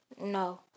No